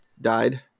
died